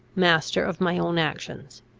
master of my own actions.